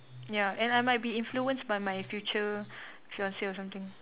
ya and I might be influenced by my future fiance or something